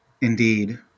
Indeed